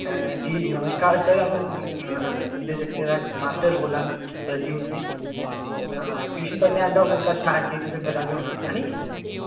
जी नमस्कार सर अ'ऊं तुं'दे जागतै दा मास्टर बोल्ला ना बलजीत सिंह ट्यूशन पढ़ने ई औंदा ओह् मेरे कश मैथ दी तुसें गी पता गै होना ऐ निं